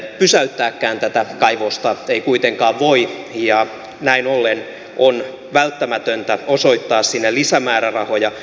pysäyttääkään tätä kaivosta ei kuitenkaan voi ja näin ollen on välttämätöntä osoittaa sinne lisämäärärahoja